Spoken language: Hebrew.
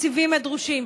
התקציבים הדרושים,